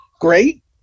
great